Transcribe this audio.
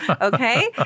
okay